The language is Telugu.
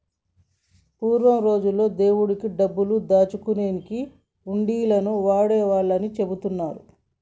పూర్వం రోజుల్లో దేవుడి డబ్బులు దాచుకునేకి హుండీలను వాడేవాళ్ళని చెబుతున్నరు